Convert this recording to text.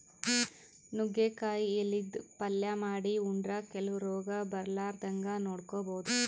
ನುಗ್ಗಿಕಾಯಿ ಎಲಿದ್ ಪಲ್ಯ ಮಾಡ್ ಉಂಡ್ರ ಕೆಲವ್ ರೋಗ್ ಬರಲಾರದಂಗ್ ನೋಡ್ಕೊಬಹುದ್